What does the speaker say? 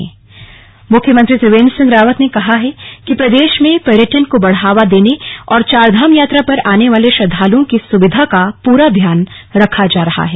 CM Mauritius उच्चायुक्त मुख्यमंत्री त्रिवेन्द्र सिंह रावत ने कहा है कि प्रदेश में पर्यटन को बढ़ावा देने और चारधाम यात्रा पर आने वाले श्रद्वालुओं की सुविधा का पूरा ध्यान रखा जा रहा है